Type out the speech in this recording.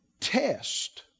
test